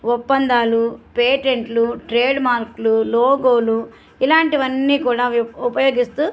ఒప్పందాలు పేటెంట్లు ట్రేడ్మార్క్లు లోగోలు ఇలాంటివన్నీ కూడా ఉప ఉపయోగిస్తూ